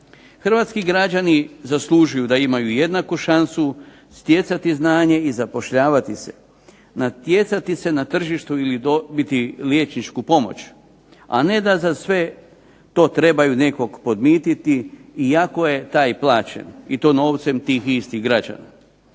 Hrvatski građani zaslužuju da imaju jednaku šansu stjecati znanje i zapošljavati se, natjecati se na tržištu ili dobiti liječničku pomoć, a ne da za sve to trebaju nekog podmititi, iako je taj plaćen, i to novcem tih istih građana.